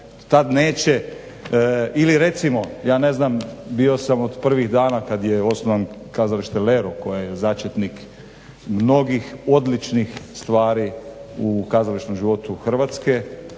Tad neće ili recimo ja ne znam bio sam od prvih dana kada je osnovano Kazlište Lero koje je začetnik mnogih odličnih stvari u kazališnom životu Hrvatske